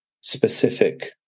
specific